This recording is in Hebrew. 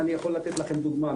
אני יכול לתת לכם דוגמה,